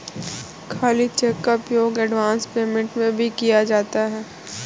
खाली चेक का उपयोग एडवांस पेमेंट में भी किया जाता है